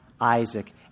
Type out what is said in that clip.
Isaac